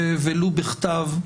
ולו בכתב,